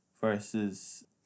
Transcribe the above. versus